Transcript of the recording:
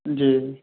जी